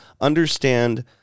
understand